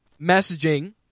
messaging